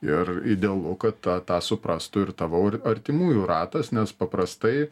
ir idealu kad tą tą suprastų ir tavo ar artimųjų ratas nes paprastai